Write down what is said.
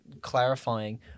clarifying